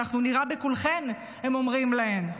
אנחנו נירה בכולכן", הם אומרים להן.